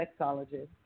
sexologist